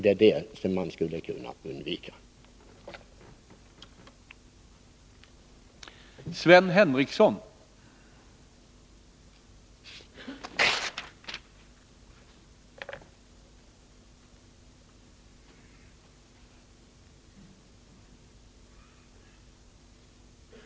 Det är dessa olyckor som skulle kunna undvikas genom ett mopedkort.